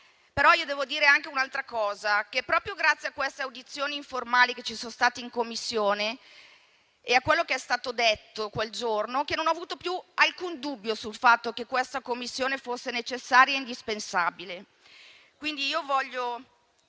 però devo dire anche un'altra cosa. Proprio grazie alle audizioni informali che ci sono state in Commissione e a quello che è stato detto quel giorno, non ho avuto più alcun dubbio sul fatto che questa Commissione fosse necessaria e indispensabile. Vorrei